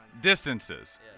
Distances